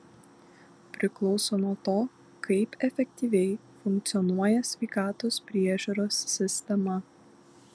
priklauso nuo to kaip efektyviai funkcionuoja sveikatos priežiūros sistema